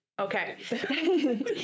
Okay